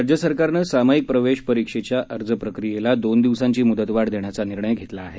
राज्य सरकारनं सामाईक प्रवेश परिक्षेच्या अर्ज प्रक्रियेला दोन दिवसांची म्दतवाढ देण्याचा निर्णय घेतला आहे